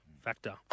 factor